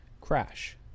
crash